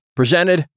presented